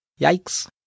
Yikes